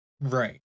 right